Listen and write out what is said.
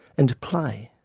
and play.